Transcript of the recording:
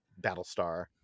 Battlestar